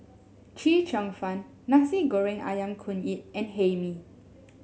Chee Cheong Fun Nasi Goreng ayam Kunyit and Hae Mee